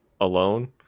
alone